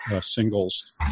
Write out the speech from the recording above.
singles